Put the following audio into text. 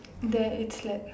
the it's like